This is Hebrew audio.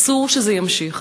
אסור שזה יימשך.